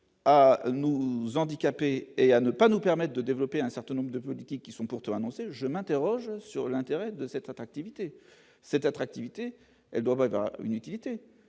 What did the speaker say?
à nous handicapés et à ne pas nous permettent de développer un certain nombre de politiques, qui sont pourtant annoncée, je m'interroge sur l'intérêt de cette activité cette attractivité, elle doit dans une utilité,